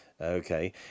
Okay